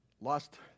lost